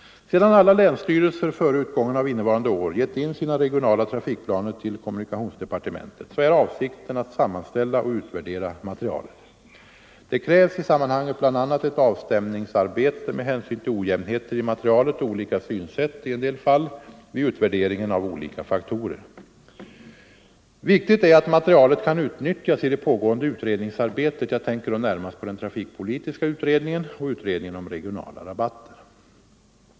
Sedan alla länsstyrelser före utgången av innevarande år gett in sina regionala trafikplaner till kommunikationsdepartementet är avsikten att sammanställa och utvärdera materialet. Det krävs i sammanhanget bl.a. ett avstämningsarbete med hänsyn till ojämnheter i materialet och olika synsätt i en del fall vid utvärderingen av olika faktorer. Viktigt är att materialet kan utnyttjas i det pågående utredningsarbetet. Jag tänker då närmast på den trafikpolitiska utredningen och utredningen om regionala rabatter.